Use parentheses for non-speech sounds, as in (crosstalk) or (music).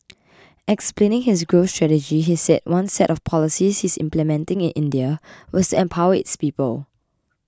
(noise) explaining his growth strategy he said one set of policies he is implementing in India was to empower its people